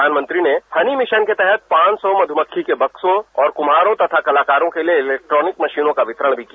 प्रधानमंत्री ने honey mission के तहत पांच सौ मधुमक्खी के बक्सों और कुम्हारों तथा कलाकारों के लिए इलेक्ट्रानिक मशीनों का वितरण भी किया